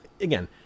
again